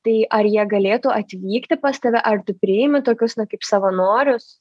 tai ar jie galėtų atvykti pas tave ar tu priimi tokius na kaip savanorius